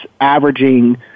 averaging